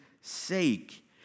sake